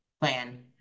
plan